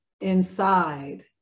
inside